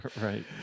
Right